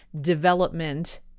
development